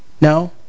no